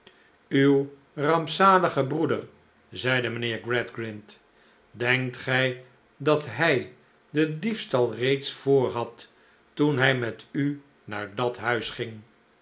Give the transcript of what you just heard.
uw rampzalige breeder zeide mijnheer gradgrind denkt gij dat hij den diefstal reeds voorhad toen hn met u naar dat huis ging